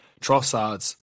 Trossards